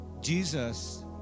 Jesus